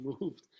moved